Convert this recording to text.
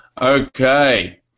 Okay